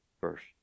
first